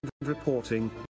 Reporting